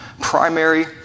primary